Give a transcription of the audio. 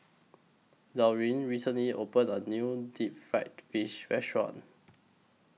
Laurine recently opened A New Deep Fried Fish Restaurant